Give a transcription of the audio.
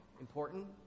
important